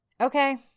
Okay